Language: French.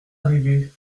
arrivé